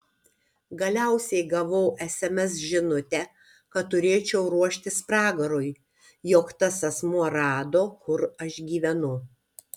galiausiai gavau sms žinutę kad turėčiau ruoštis pragarui jog tas asmuo rado kur aš gyvenu